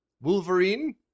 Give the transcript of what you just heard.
Wolverine